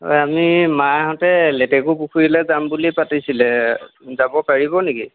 অঁ আমি মাহঁতে লেটেকু পুখুৰীলে যাম বুলি পাতিছিলে যাব পাৰিব নেকি